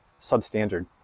substandard